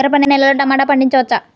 గరపనేలలో టమాటా పండించవచ్చా?